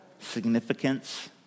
significance